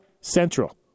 Central